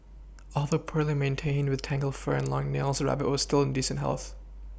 although poorly maintained with tangled fur and long nails the rabbit was still in decent health